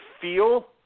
feel –